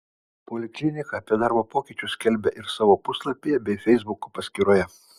poliklinika apie darbo pokyčius skelbia ir savo puslapyje bei feisbuko paskyroje